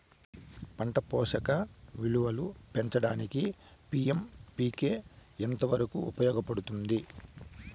పంట పోషక విలువలు పెంచడానికి ఎన్.పి.కె ఎంత వరకు ఉపయోగపడుతుంది